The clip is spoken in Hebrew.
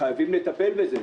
חייבים לטפל בזה.